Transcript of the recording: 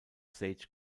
sage